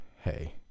hey